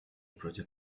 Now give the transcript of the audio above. project